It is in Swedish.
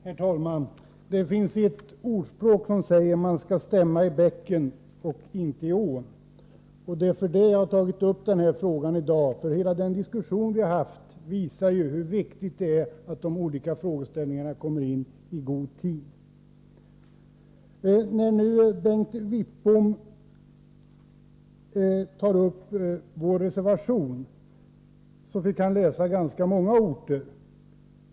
Herr talman! Det finns ett ordspråk som säger att man skall stämma i bäcken och inte i ån. Det är för att vi skall stämma i bäcken som jag i dag har tagit upp frågan om högskolan i Örebro. Den diskussion som vi har haft visar hur viktigt det är att de olika frågeställningarna i god tid kommer in i bilden. När Bengt Wittbom citerade vår reservation fick han läsa upp ganska många ortnamn.